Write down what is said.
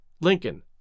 Lincoln